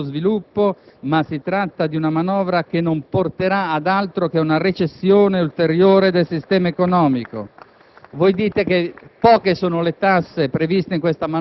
Dite che la vostra manovra è improntata allo sviluppo, ma si tratta di una manovra che non porterà ad altro che ad una recessione ulteriore del sistema economico.